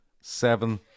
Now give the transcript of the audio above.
seven